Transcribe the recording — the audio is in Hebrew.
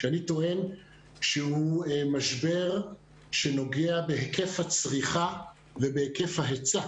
אני טוען שהוא משבר שנוגע בהיקף הצריכה ובהיקף ההיצע